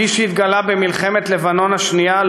כפי שהתגלה במלחמת לבנון השנייה,